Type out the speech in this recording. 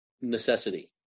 necessity